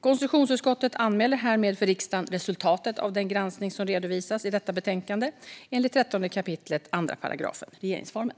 Konstitutionsutskottet anmäler härmed för riksdagen resultatet av den granskning som redovisas i detta betänkande enligt 13 kap. 2 § regeringsformen.